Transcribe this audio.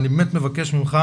אני באמת מבקש ממך